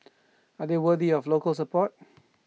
are they worthy of local support